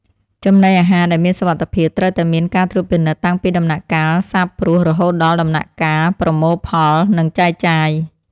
ចំណីអាហារដែលមានសុវត្ថិភាពត្រូវតែមានការត្រួតពិនិត្យតាំងពីដំណាក់កាលសាបព្រោះរហូតដល់ដំណាក់កាលប្រមូលផលនិងចែកចាយ។